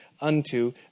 unto